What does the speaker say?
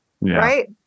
right